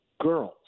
girls